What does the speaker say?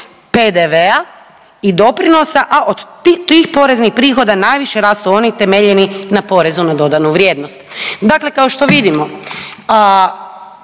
PDV-a i doprinosa, a od tih poreznih prihoda najviše rastu oni temeljeni na porezu na dodanu vrijednost. Dakle, kao što vidimo